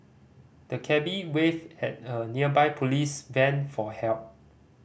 the cabby waved at a nearby police van for help